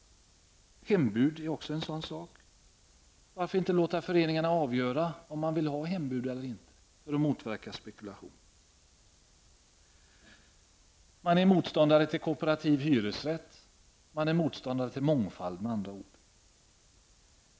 Vidare har vi frågan om hembud. Varför inte låta föreningarna avgöra om de vill ha hembud eller inte för att motverka spekulation? Moderaterna är motståndare till kooperativa hyresrätter, och moderaterna är med andra ord motståndare till mångfald.